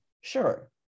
sure